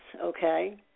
Okay